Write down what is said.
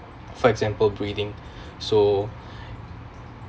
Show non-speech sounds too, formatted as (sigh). for example breathing (breath) so (breath)